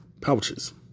pouches